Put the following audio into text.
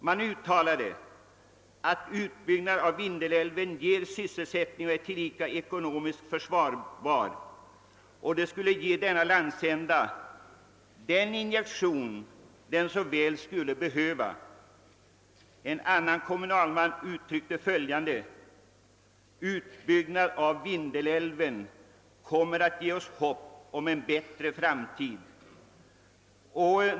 Man har uttalat att utbyggnaden av Vindelälven ger sysselsättning och tillika är ekonomiskt försvarbar och att den skulle ge denna landsända den injektion den så väl skulle behöva. En annan. kommunalman yttrade följande: Utbyggnad av Vindelälven kommer att ge oss hopp om en bättre framtid.